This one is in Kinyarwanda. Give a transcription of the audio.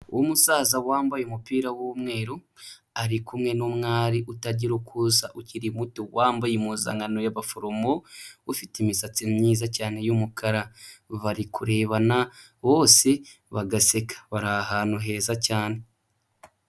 Umusaza wambaye umupira w'umweru, ari kumwe n'umwari utagira uko asa, ukiri muto, wambaye impuzankano y'abaforomo, ufite imisatsi myiza cyane y'umukara, bari kurebana bose bagaseka, bari ahantu heza cyane.